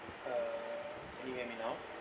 uh can you hear me now